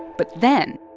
but then,